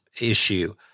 issue